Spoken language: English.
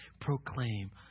proclaim